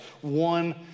one